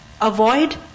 Avoid